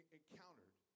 encountered